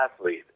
athlete